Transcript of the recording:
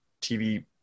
TV